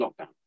lockdown